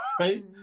right